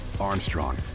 Armstrong